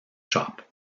shop